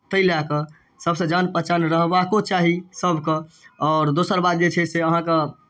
ताहि लए कऽ सभसँ जान पहचान रहबाको चाही सभके आओर दोसर बात जे छै से अहाँके